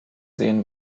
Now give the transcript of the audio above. sehen